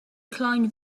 climbed